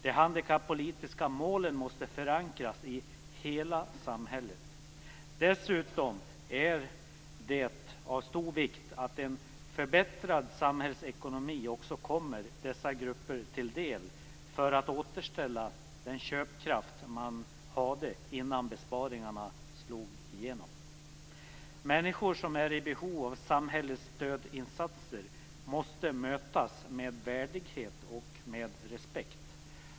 De handikappolitiska målen måste förankras i hela samhället. Dessutom är det av stor vikt att en förbättrad samhällsekonomi också kommer dessa grupper till del för att återställa den köpkraft de hade innan besparingarna slog igenom. Människor som är i behov av samhällets stödinsatser måste mötas med värdighet och respekt.